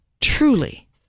truly